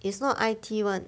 it's not I_T [one]